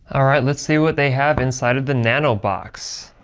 all right. let's see what they have inside of the nano box.